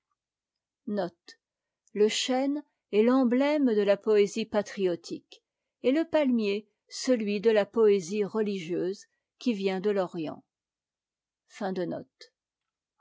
reconle chêne est i'emnème de la poésie patriotique et le palmier celui de la poésie religieuse qui vient de l'orient